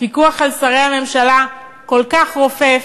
הפיקוח על שרי הממשלה כל כך רופף,